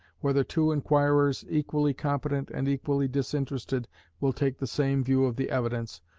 whether two inquirers equally competent and equally disinterested will take the same view of the evidence,